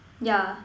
ya